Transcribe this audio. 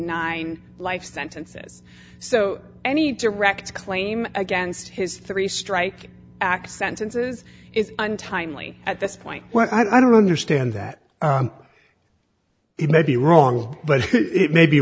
nine life sentences so any direct claim against his three strike acts sentences is untimely at this point well i don't understand that it may be wrong but it may be